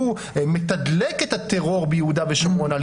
שהוא מתדלק את הטרור ביהודה ושומרון על